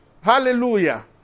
Hallelujah